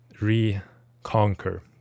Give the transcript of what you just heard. reconquer